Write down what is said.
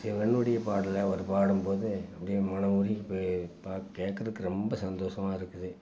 சிவனுடைய பாடலெலாம் அவர் பாடும்போது அப்படியே மனம் உருகி போய் பா கேட்குறக்கு ரொம்ப சந்தோஷமா இருக்குது